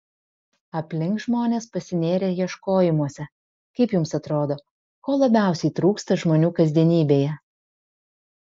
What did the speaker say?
aplink žmonės pasinėrę ieškojimuose kaip jums atrodo ko labiausiai trūksta žmonių kasdienybėje